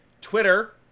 twitter